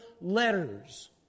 letters